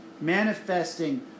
Manifesting